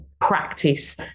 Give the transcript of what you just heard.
practice